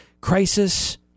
crisis